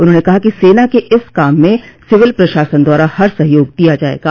उन्होंने कहा कि सेना के इस काम में सिविल प्रशासन द्वारा हर सहयोग दिया जाएगा